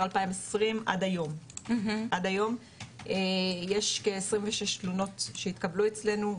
2020 עד היום יש כ- 26 תלונות שהתקבלו אצלנו,